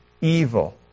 evil